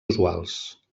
usuals